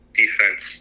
defense